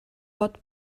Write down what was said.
pot